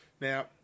Now